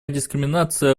дискриминация